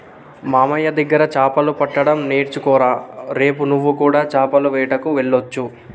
మామయ్య దగ్గర చాపలు పట్టడం నేర్చుకోరా రేపు నువ్వు కూడా చాపల వేటకు వెళ్లొచ్చు